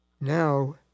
now